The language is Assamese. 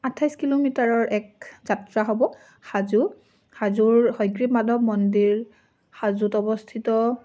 আঠাইছ কিলোমিটাৰৰ এক যাত্ৰা হ'ব হাজো হাজোৰ হয়গ্ৰীৱ মাধৱ মন্দিৰ হাজোত অৱস্থিত